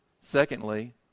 Secondly